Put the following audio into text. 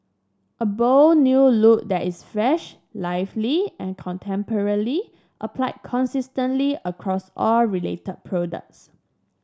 a bold new look that is fresh lively and contemporary applied consistently across all related products